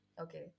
okay